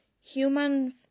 human